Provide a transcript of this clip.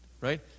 Right